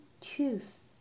tooth